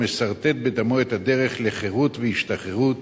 ומסרטט בדמו את הדרך לחירות והשתחררות.